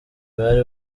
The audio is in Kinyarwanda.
bari